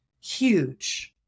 huge